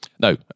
no